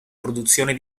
produzione